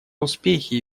успехи